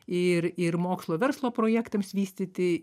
ir ir mokslo verslo projektams vystyti